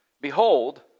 Behold